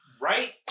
Right